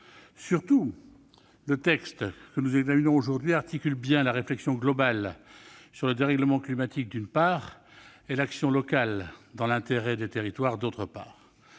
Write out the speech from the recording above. Surtout, le texte que nous examinons aujourd'hui articule bien la réflexion globale sur le dérèglement climatique, d'une part, et l'action locale dans l'intérêt des territoires, d'autre part.